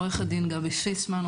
עורכת דין גבי פיסמן,